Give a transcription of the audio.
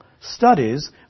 studies